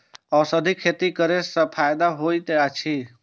औषधि खेती करे स फायदा होय अछि?